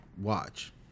watch